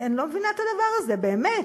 אני לא מבינה את הדבר הזה, באמת.